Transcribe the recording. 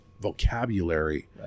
vocabulary